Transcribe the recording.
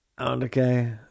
okay